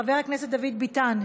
חבר הכנסת דוד ביטן,